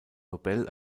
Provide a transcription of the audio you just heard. nobel